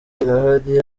irahari